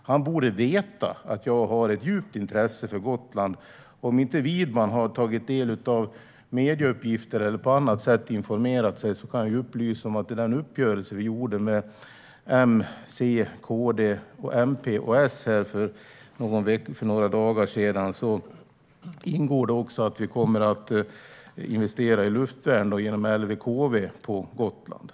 Han borde veta att jag har ett djupt intresse för Gotland. Om inte Widman har tagit del av medieuppgifter eller på annat sätt informerat sig kan jag upplysa om att det i den uppgörelse som ingicks mellan M, C, KD, MP och S för några dagar sedan även ingår att vi kommer att investera i luftvärn genom LVKV på Gotland.